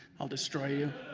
i'll destroy you.